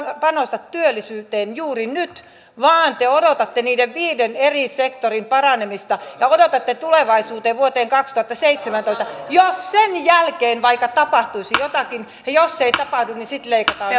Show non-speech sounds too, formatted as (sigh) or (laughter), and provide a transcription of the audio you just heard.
panosta työllisyyteen juuri nyt vaan te odotatte niiden viiden eri sektorin paranemista ja odotatte tulevaisuuteen vuoteen kaksituhattaseitsemäntoista jos sen jälkeen vaikka tapahtuisi jotakin ja jos ei tapahdu niin sitten leikataan (unintelligible)